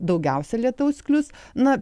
daugiausia lietaus klius na